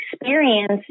experience